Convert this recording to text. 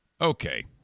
Okay